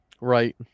Right